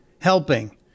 helping